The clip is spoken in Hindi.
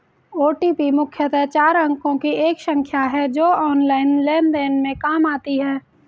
ओ.टी.पी मुख्यतः चार अंकों की एक संख्या है जो ऑनलाइन लेन देन में काम आती है